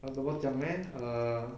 err 怎么讲 leh err